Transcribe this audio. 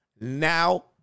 Now